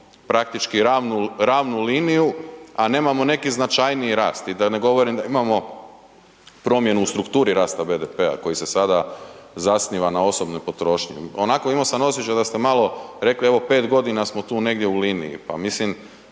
praktički ravnu, ravnu liniju, a nemamo neki značajniji rast i da ne govorim da imamo promjenu u strukturi rasta BDP-a koji se sada zasniva na osobnoj potrošnji, onako imo sam osjećaj da ste malo rekli evo 5.g. smo tu negdje u liniji, pa mislim,